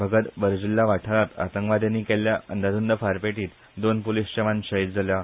भगत बरजुल्छा वाठारान आतंकवाद्यांनी केल्ल्या अंदाधुंद फारपेटीन दोन पुलिस जवान शहीद जाल्यात